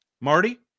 marty